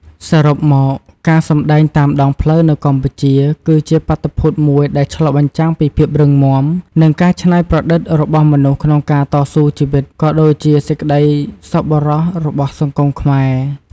សរុបមក ការសម្ដែងតាមដងផ្លូវនៅកម្ពុជា គឺជាបាតុភូតមួយដែលឆ្លុះបញ្ចាំងពីភាពរឹងមាំ និងការច្នៃប្រឌិតរបស់មនុស្សក្នុងការតស៊ូជីវិត ក៏ដូចជាសេចក្តីសប្បុរសរបស់សង្គមខ្មែរ។